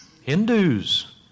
Hindus